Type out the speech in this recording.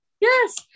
Yes